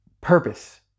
purpose